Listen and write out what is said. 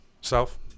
South